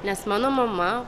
nes mano mama